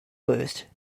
boost